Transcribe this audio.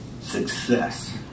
success